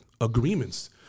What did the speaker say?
agreements